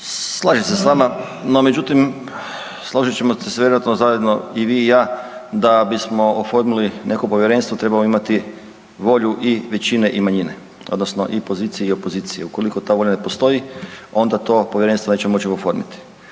Slažem se s vama, no međutim složit ćemo se vjerojatno zajedno i vi i ja da bismo oformili neko povjerenstvo trebamo imati volju i većine i manjine odnosno i pozicije i opozicije. Ukoliko ta volja ne postoji onda to povjerenstvo nećemo moći oformiti